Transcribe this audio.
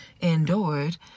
endured